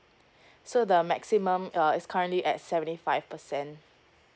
so the maximum uh is currently at seventy five percent